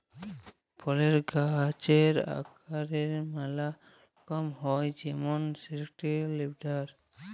ফলের গাহাচের আকারের ম্যালা রকম হ্যয় যেমল সেলট্রাল লিডার